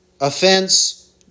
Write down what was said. offense